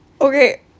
Okay